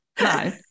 No